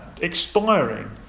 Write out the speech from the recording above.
expiring